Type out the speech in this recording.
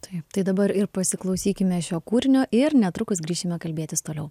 taip tai dabar ir pasiklausykime šio kūrinio ir netrukus grįšime kalbėtis toliau